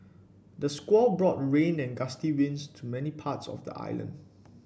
the squall brought rain and gusty winds to many parts of the island